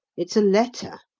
it's a letter.